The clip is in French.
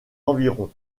environ